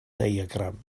diagram